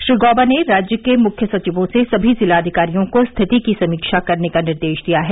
श्री गौबा ने राज्य के मुख्य सचिवों से सभी जिलाधिकारियों को स्थिति की समीक्षा करने का निर्देश दिया है